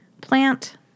plant